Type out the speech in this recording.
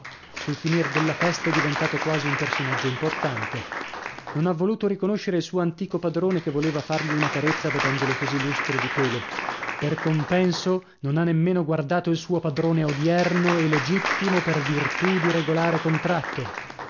sul finir della festa è diventato quasi un personaggio importante non ha voluto riconoscere il suo antico padrone che voleva fargli una carezza vedendolo così lustro di pelo per compenso non ha nemmeno guardato il suo padrone odierno e legittimo per virtù di regolare contratto